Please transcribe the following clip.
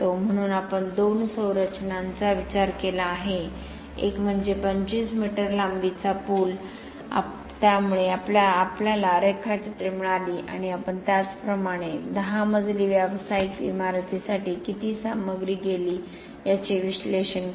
म्हणून आपण दोन संरचनांचा विचार केला आहे एक म्हणजे 25 मीटर लांबीचा पूल त्यामुळे आम्हाला रेखाचित्रे मिळाली आणि आपण त्याचप्रमाणे दहा मजली व्यावसायिक इमारतीसाठी किती सामग्री गेली याचे विश्लेषण केले